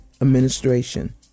Administration